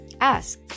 ask